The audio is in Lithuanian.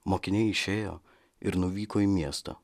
mokiniai išėjo ir nuvyko į miestą